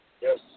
Yes